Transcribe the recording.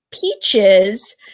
peaches